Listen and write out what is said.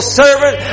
servant